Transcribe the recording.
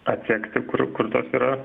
atsekti kur kur tos yra